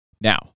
Now